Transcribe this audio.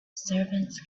servants